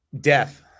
Death